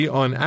on